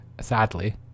sadly